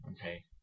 Okay